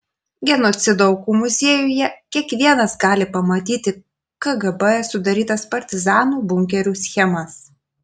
genocido aukų muziejuje kiekvienas gali pamatyti kgb sudarytas partizanų bunkerių schemas